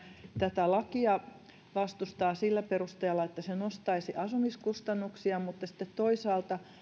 tätä lakia vastustaa sillä perusteella että se nostaisi asumiskustannuksia mutta sitten toisaalta